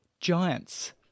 giants